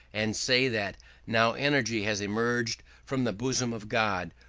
and say that now energy has emerged from the bosom of god,